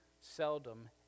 seldom